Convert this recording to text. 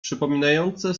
przypominające